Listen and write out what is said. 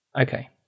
Okay